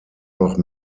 noch